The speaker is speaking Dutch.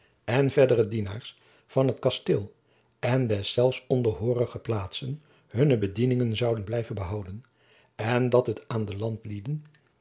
en verdere dienaars van het kasteel en deszelfs onderhoorige plaatsen hunne bedieningen zouden blijven behouden en dat het aan de landlieden